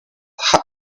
hat